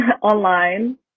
online